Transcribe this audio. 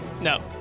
No